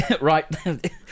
Right